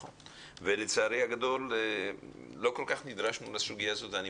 בשבועיים האחרונים היו 11